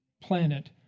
planet